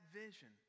vision